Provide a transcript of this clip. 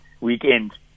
weekend